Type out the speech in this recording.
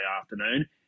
afternoon